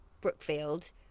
Brookfield